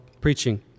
preaching